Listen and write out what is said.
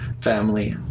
family